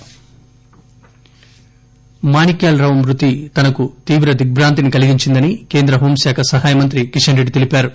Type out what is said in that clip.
పైడికొండల మాణిక్యాలరావు మృతి తీవ్ర దిగ్బాంతిని కలిగించిందని కేంద్ర హోం శాఖ సహాయమంత్రి కిషన్ రెడ్డి తెలిపారు